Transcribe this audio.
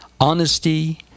honesty